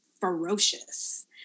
ferocious